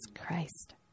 Christ